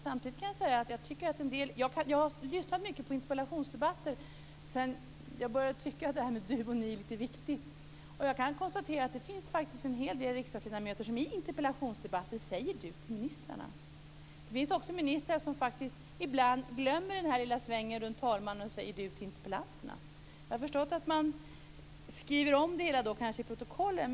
Samtidigt kan jag säga att jag har lyssnat mycket på interpellationsdebatter sedan jag började tycka att detta med du och ni är lite viktigt. Jag kan konstatera att det faktiskt finns en hel del riksdagsledamöter som i interpellationsdebatter säger du till ministrarna. Det finns också ministrar som ibland faktiskt glömmer den här lilla svängen runt talmannen och säger du till interpellanterna. Jag har förstått att man skriver om det i protokollet.